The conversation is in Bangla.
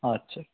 আচ্ছা